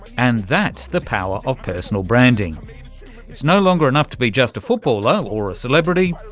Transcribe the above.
and that's the power of personal branding. it's no longer enough to be just a footballer or a celebrity,